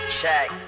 check